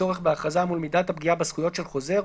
הצורך בהכרזה מול מידת הפגיעה בזכויות של חוזר,